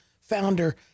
founder